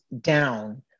down